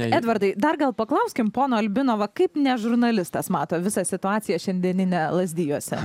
edvardai dar gal paklauskim pono albino va kaip ne žurnalistas mato visą situaciją šiandieninę lazdijuose